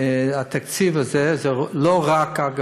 התקציב הזה זה לא רק, אגב,